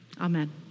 Amen